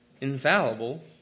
infallible